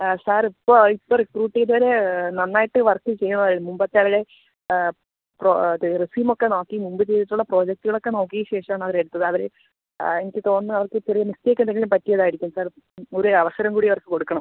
sir ഇപ്പോൾ ഇപ്പോൾ recruit ചെയ്തവർ നന്നായിട്ട് വർക്ക് ചെയ്യുമായിരുന്നു മുമ്പത്തെ അവർ അത് റെസ്യൂമ് ഒക്കെ നോക്കി മുമ്പ് ചെയ്തിട്ടുള്ള പ്രോജക്റ്റുകൾ ഒക്കെ നോക്കിയ ശേഷം ആണ് അവർ എടുത്തത് അവർ എനിക്ക് തോന്നുന്നു അവർക്ക് ചെറിയ മിസ്റ്റേക്ക് എന്തെങ്കിലും പറ്റിയതായിരിക്കും സാർ ഒരു അവസരം കൂടി അവർക്ക് കൊടുക്കണം